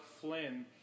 Flynn